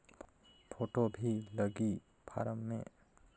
Photo भी लगी form मे?